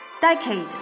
Decade